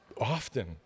often